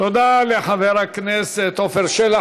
תודה לחבר הכנסת עפר שלח.